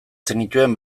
zenituen